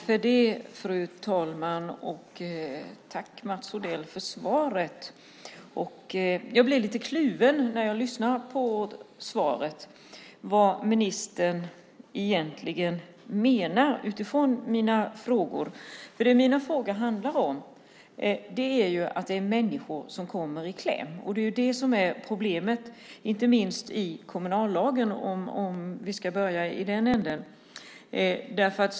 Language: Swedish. Fru talman! Tack, Mats Odell, för svaret! Utifrån mina frågor blir jag lite kluven kring vad ministern egentligen menar när jag lyssnar på svaret. Det mina frågor handlar om är att människor kommer i kläm. Det är det som är problemet, inte minst i kommunallagen, om vi ska börja i den änden.